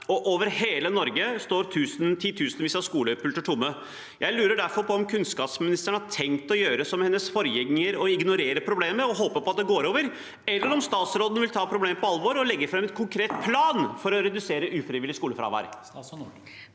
Over hele Norge står titusenvis av skolepulter tomme. Jeg lurer derfor på om kunnskapsministeren har tenkt å gjøre som hennes forgjenger, ignorere problemet og håpe at det går over, eller om statsråden vil ta problemet på alvor og legge fram en konkret plan for å redusere ufrivillig skolefravær?